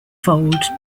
fold